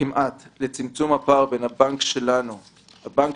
לצמצום הפער בין הבנקים שלנו,